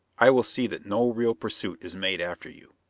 i will see that no real pursuit is made after you.